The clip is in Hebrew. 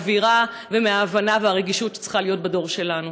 שרחוקים מהאווירה ומההבנה והרגישות שצריכות להיות בדור שלנו.